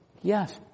Yes